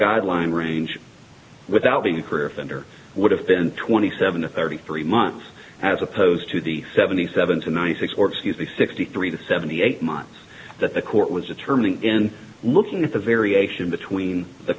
guideline range without being clear fender would have been twenty seven to thirty three months as opposed to the seventy seven to ninety six or excuse me sixty three to seventy eight months that the court was determining in looking at the variation between the